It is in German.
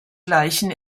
gleichen